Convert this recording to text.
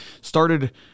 started